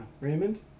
Raymond